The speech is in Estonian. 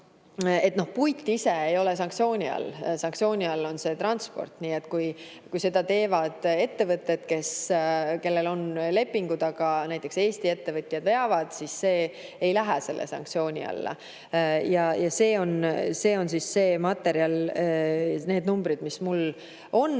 olid. Puit ise ei ole sanktsiooni all. Sanktsiooni all on see transport. Nii et kui tegu on ettevõtetega, kellel on lepingud, aga näiteks Eesti ettevõtjad veavad, siis see ei lähe selle sanktsiooni alla. See on see materjal, need on numbrid, mis mul on.